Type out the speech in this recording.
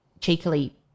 cheekily